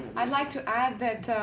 i'd like to add that